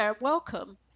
Welcome